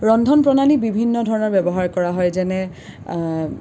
ৰন্ধন প্ৰণালী বিভিন্ন ধৰণৰ ব্যৱহাৰ কৰা হয় যেনে